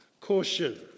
Caution